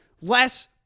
less